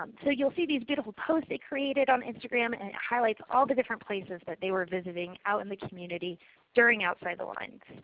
um so you'll see these beautiful posts they created on instagram and it highlights all the different places but they were visiting out in the community during outside the lines.